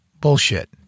bullshit